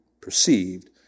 perceived